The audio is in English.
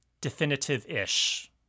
definitive-ish